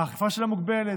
האכיפה שלה מוגבלת,